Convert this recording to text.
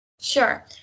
Sure